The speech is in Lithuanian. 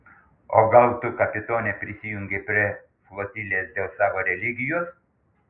o gal tu kapitone prisijungei prie flotilės dėl savo religijos